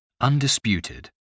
Undisputed